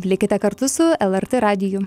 likite kartu su lrt radiju